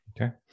Okay